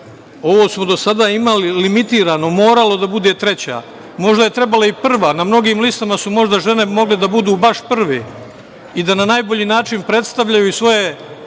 smo do sada imali limitirano, moralo da bude treća. Možda je trebalo i prva. Na mnogim listama su možda žene mogle da budu baš prve i da na najbolji način predstavljaju i svoje